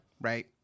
Right